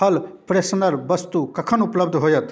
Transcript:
फल प्रेशनर वस्तु कखन उपलब्ध होएत